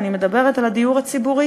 ואני מדברת על הדיור הציבורי,